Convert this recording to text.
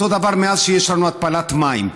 אותו דבר מאז שיש לנו התפלת מים,